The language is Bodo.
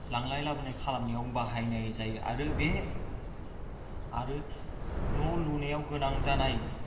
लांलाय लाबोनाय खालामनायाव बाहायनाय जायो आरो बे आरो न' लुनायाव गोनां जानाय